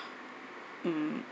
mm